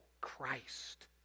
Christ